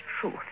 truth